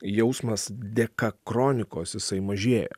jausmas dėka kronikos jisai mažėja